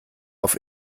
auf